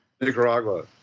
Nicaragua